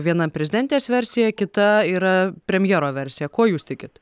viena prezidentės versija kita yra premjero versija kuo jūs tikit